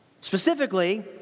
Specifically